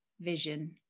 vision